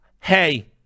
Hey